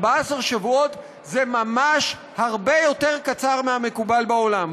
14 שבועות זה ממש הרבה יותר קצר מהמקובל בעולם.